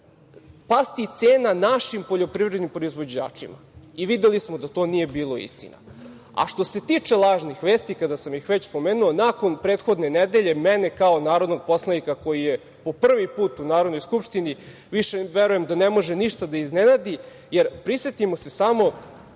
pasti cena našim poljoprivrednim proizvođačima. I videli smo da to nije bilo istina.A što se tiče lažnih vesti, kada sam ih već pomenuo, nakon prethodne nedelje mene, kao narodnog poslanika koji je prvi put u Narodnoj skupštini, verujem da ne može ništa da iznenadi, jer prisetimo se samo,